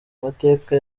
mateka